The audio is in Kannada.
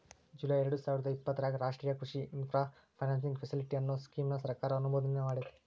ಜುಲೈ ಎರ್ಡಸಾವಿರದ ಇಪ್ಪತರಾಗ ರಾಷ್ಟ್ರೇಯ ಕೃಷಿ ಇನ್ಫ್ರಾ ಫೈನಾನ್ಸಿಂಗ್ ಫೆಸಿಲಿಟಿ, ಅನ್ನೋ ಸ್ಕೇಮ್ ನ ಸರ್ಕಾರ ಅನುಮೋದನೆಮಾಡೇತಿ